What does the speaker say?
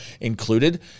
included